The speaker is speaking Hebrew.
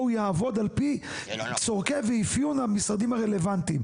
הוא יעבוד על פי צורכי ואפיון המשרדים הרלוונטיים.